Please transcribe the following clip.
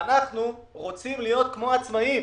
אנחנו רוצים להיות כמו העצמאיים.